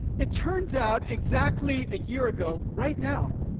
it turns out exactly a year ago, right now,